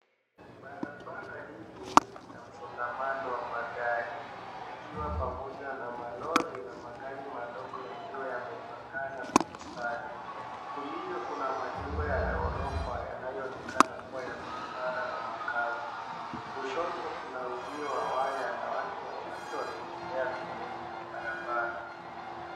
Barabara hili lina msongamano wa magari ikiwa pamoja na malori na magari madogo yakiwa yamepangana kwa mstari. Kulia kuna majengo ya ghorofa yanayoonekana kuwa ya biashara na makazi. Kushoto kuna uzio wa waya na watu wachache wakitembea pembeni mwa barabara.